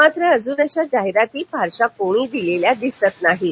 मात्र अजून अशा जाहिराती फारशा कोणी दिलेल्या दिसत नाहीत